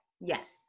Yes